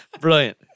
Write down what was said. Brilliant